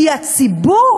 כי הציבור